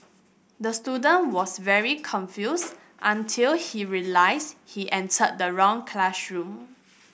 the student was very confused until he realised he entered the wrong classroom